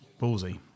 ballsy